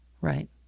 Right